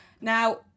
now